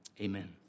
Amen